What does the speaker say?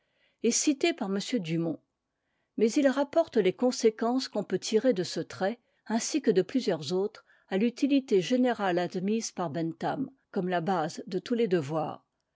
est citée par m dumont mais il rapporte les conséquences qu'on peut tirer de ce trait ainsi que de plusieurs autres à l'utilité générale admise par bentham comme la base de tous les devoirs